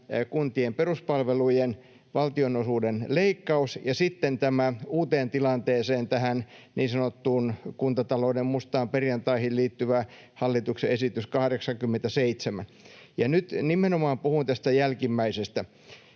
kuntien peruspalvelujen valtionosuuden leikkaus, ja sitten uuteen tilanteeseen, tähän niin sanottuun kuntatalouden mustaan perjantaihin, liittyvä hallituksen esitys 87. Nyt nimenomaan puhun tästä jälkimmäisestä.